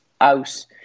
out